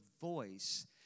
voice